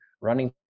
running